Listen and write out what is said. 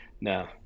No